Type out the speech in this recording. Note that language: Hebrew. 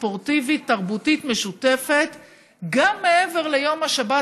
ספורטיבית ותרבותית משותפת גם מעבר ליום השבת,